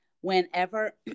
whenever